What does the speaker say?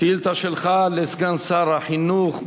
שאילתא שלך לסגן שר החינוך.